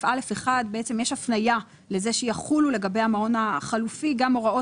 (א1) יש הפניה לזה שיחולו לגבי המעון החלופי גם הוראות